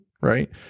right